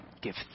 Give